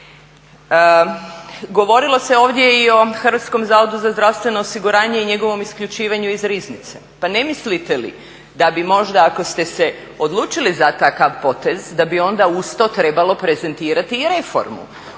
Govorilo se ovdje i o Hrvatskom zavodu za zdravstveno osiguranje i njegovom isključivanju iz riznice. Pa ne mislite li da bi možda ako ste se odlučili za takav potez da bi onda uz to trebalo prezentirati i reformu